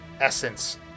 essence